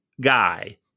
guy